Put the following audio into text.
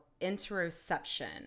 interoception